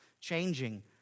changing